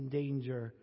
danger